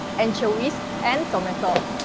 anchovies, and tomato.